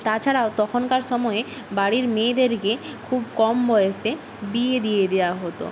তাছাড়াও তখনকার সময়ে বাড়ির মেয়েদেরকে খুব কম বয়সে বিয়ে দিয়ে দেওয়া হত